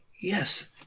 Yes